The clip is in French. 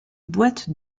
boîte